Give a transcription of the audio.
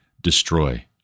Destroy